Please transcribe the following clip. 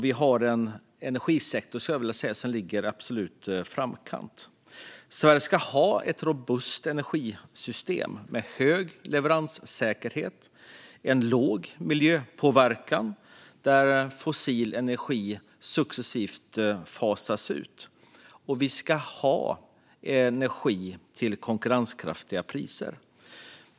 Vår energisektor ligger, enligt mig, i absolut framkant. Sverige ska ha ett robust energisystem med hög leveranssäkerhet och låg miljöpåverkan där fossil energi successivt fasas ut. Vi ska ha energi till konkurrenskraftiga priser.